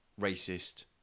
racist